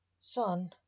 son